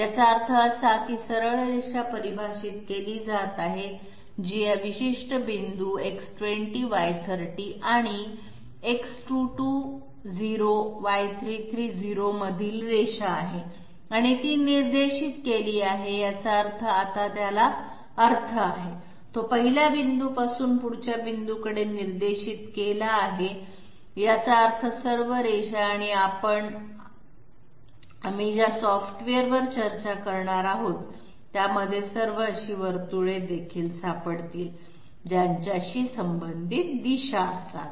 याचा अर्थ असा की सरळ रेषा परिभाषित केली जात आहे जी या विशिष्ट पॉईंट X20Y30 आणि X220Y330 मधील रेषा आहे आणि ती निर्देशित केली आहे याचा अर्थ आता त्याला अर्थ आहे तो पहिल्या पॉईंटपासून पुढच्या पॉईंटकडे निर्देशित केला आहे याचा अर्थ सर्व रेषा आणि आपण आम्ही ज्या सॉफ्टवेअरवर चर्चा करणार आहोत त्यामध्ये सर्व अशी वर्तुळे देखील सापडतील ज्यांच्याशी संबंधित दिशा असावी